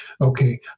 okay